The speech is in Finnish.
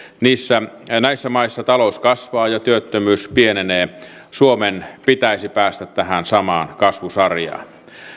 näissä maissa talous kasvaa ja työttömyys pienenee suomen pitäisi päästä tähän samaan kasvusarjaan